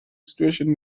situation